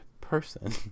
person